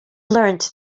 learnt